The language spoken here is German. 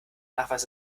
nachweisen